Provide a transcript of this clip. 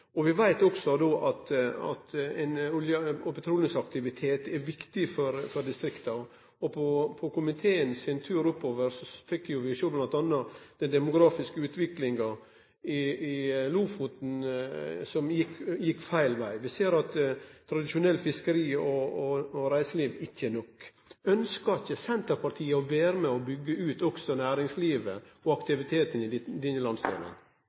Lofoten. Vi veit også at ein olje- og petroleumsaktivitet er viktig for distrikta. På komiteen sin tur oppover fekk vi bl.a. sjå den demografiske utviklinga i Lofoten, som gjekk feil veg. Vi ser at tradisjonelt fiskeri og reiseliv ikkje er nok. Ønskjer ikkje Senterpartiet å vere med på å byggje ut næringslivet og aktiviteten også i denne